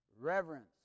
reverence